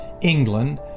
England